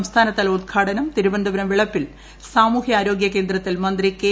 സംസ്ഥാനതല ഉദ്ഘാടനം തിരുവനന്തപുരം വിളപ്പിൽ സാമൂഹ്യ ആരോഗ്യ കേന്ദ്രത്തിൽ മന്ത്രി കെ